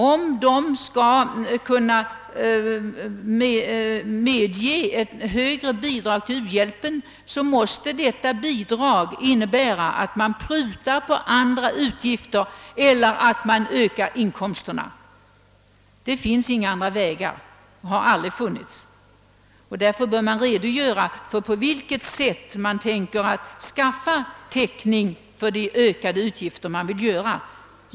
Om det medger höjda bidrag till u-hjälpen, så måste man pruta på andra utgifter eller öka inkomsterna — det finns inte och har aldrig funnits några andra möjligheter. Därför bör förslagsställarna redogöra för på vilket sätt de tänker skaffa täckning för de ökade ut gifter de föreslår.